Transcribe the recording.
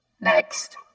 next